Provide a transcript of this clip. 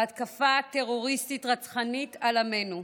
בהתקפה טרוריסטית רצחנית על עצמנו.